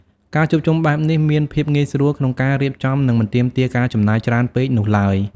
ការជួបជុំបែបនេះមានភាពងាយស្រួលក្នុងការរៀបចំនិងមិនទាមទារការចំណាយច្រើនពេកនោះឡើយ។